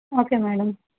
okay madam